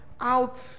out